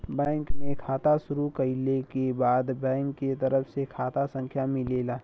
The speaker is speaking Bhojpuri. बैंक में खाता शुरू कइले क बाद बैंक के तरफ से खाता संख्या मिलेला